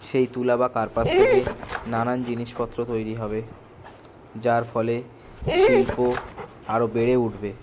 সেই তুলা বা কার্পাস থেকে নানান জিনিসপত্র তৈরি হবে যার ফলে শিল্প আরও বেড়ে উঠবে